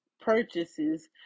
purchases